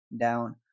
down